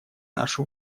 наши